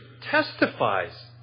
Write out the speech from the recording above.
testifies